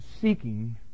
seeking